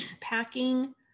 packing